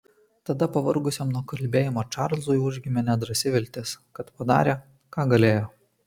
tada pavargusiam nuo kalbėjimo čarlzui užgimė nedrąsi viltis kad padarė ką galėjo